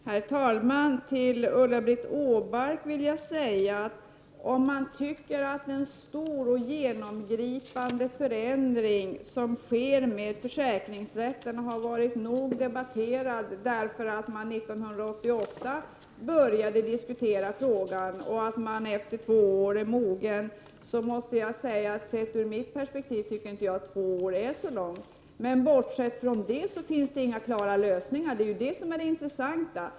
Herr talman! Till Ulla-Britt Åbark vill jag säga: Om man tycker att en stor och genomgripande förändring som sker med försäkringsrätten är nog debatterad därför att man 1988 började diskutera frågan och att man efter två år är mogen att fatta beslut, måste jag säga att två år ur mitt perspektiv inte är så lång tid. Bortsett från det, finns det ju inga klara lösningar. Det är detta som är intressant.